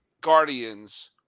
Guardians –